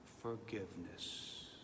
forgiveness